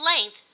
length